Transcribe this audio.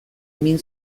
min